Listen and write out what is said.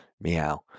Meow